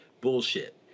bullshit